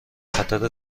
خاطر